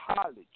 college